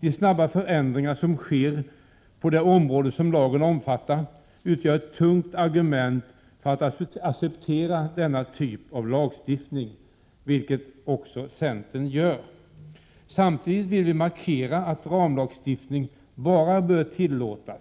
De snabba förändringar som sker på det område som lagen omfattar utgör ett tungt argument för att man skall acceptera denna typ av lagstiftning, vilket också centern gör. Samtidigt vill vi markera att ramlagstiftning bör tillåtas bara